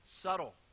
subtle